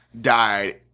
died